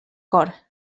cor